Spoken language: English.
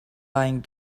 lying